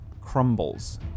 crumbles